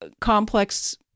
Complex